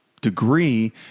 degree